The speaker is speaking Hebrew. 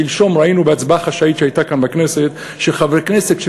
שלשום ראינו בהצבעה חשאית שהייתה כאן בכנסת שחברי הכנסת,